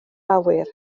awyr